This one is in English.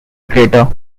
crater